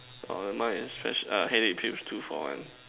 oh never mind sketch headache pills two for one